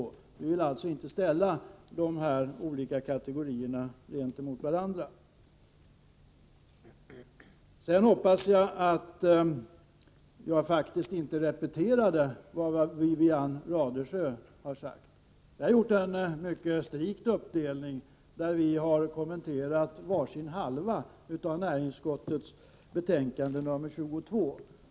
Vi vill alltså inte ställa de olika kategorierna emot varandra. Sedan hoppas jag att jag faktiskt inte repeterade vad Wivi-Anne Radesjö har sagt. Vi har gjort en strikt uppdelning och kommenterade var sin halva av näringsutskottets betänkande 22.